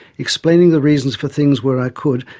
explaining the reasons for things where i could,